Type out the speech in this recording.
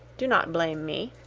do not blame me!